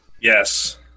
Yes